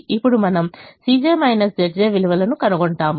ఇప్పుడు మనం విలువలను కనుగొంటాము